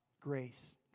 grace